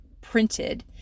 printed